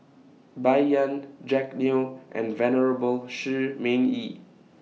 Bai Yan Jack Neo and Venerable Shi Ming Yi